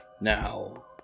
Now